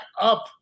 up